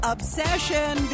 Obsession